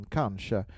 kanske